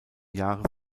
jahre